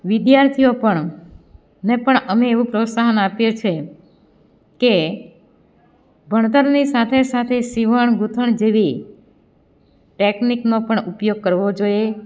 વિદ્યાર્થીઓ પણ ને પણ અમે એવું પ્રોત્સાહન આપીએ છીએ કે ભણતરની સાથે સાથે સીવણ ગૂંથણ જેવી ટેકનિકનો પણ ઉપયોગ કરવો જોઈએ